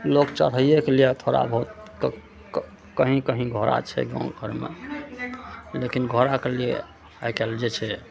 लोग चढ़ैयेके लिए थोड़ा बहुत कहीँ कहीँ घोड़ा छै गाँव घरमे लेकिन घोड़ाके लिए आइकाल्हि जे छै